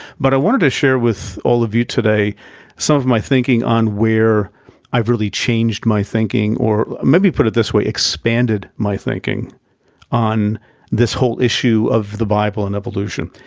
but i wanted to share with all of you today some of my thinking on where i've really changed my thinking or, maybe put it this way, expanded my thinking on this whole issue of the bible and evolution.